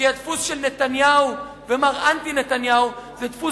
כי הדפוס של נתניהו ומר אנטי נתניהו זה דפוס